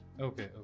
Okay